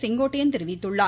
செங்கோட்டையன் தெரிவித்துள்ளார்